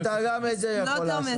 גם את זה אתה יכול לעשות.